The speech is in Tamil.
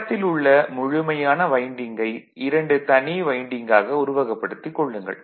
படத்தில் உள்ள முழுமையான வைண்டிங்கை இரண்டு தனி வைண்டிங்காக உருவகப்படுத்திக் கொள்ளுங்கள்